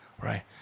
Right